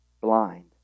blind